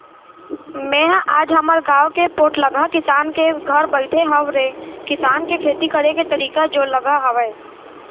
मेंहा आज हमर गाँव के पोठलगहा किसान के घर बइठे हँव ऐ किसान के खेती करे के तरीका जोरलगहा हावय